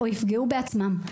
או יפגעו בעצמם,